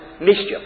mischief